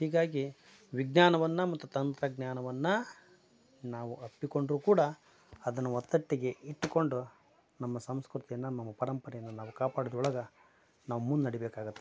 ಹೀಗಾಗಿ ವಿಜ್ಞಾನವನ್ನ ಮತ್ತು ತಂತ್ರಜ್ಞಾನವನ್ನ ನಾವು ಅಪ್ಪಿಕೊಂಡರೂ ಕೂಡ ಅದನ್ನ ಒತ್ತಟ್ಟಿಗೆ ಇಟ್ಟುಕೊಂಡು ನಮ್ಮ ಸಂಸ್ಕೃತಿಯನ್ನ ನಮ್ಮ ಪರಂಪರೆಯನ್ನ ನಾವು ಕಾಪಾಡ್ಕೊಳಕ್ಕೆ ಒಳಗ ನಾವು ಮುನ್ನಡಿಬೇಕಾಗತ್ತೆ